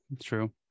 true